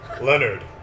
Leonard